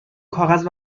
کاغذ